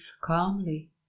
calmly